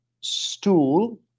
stool